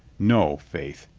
no, faith,